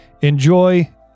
enjoy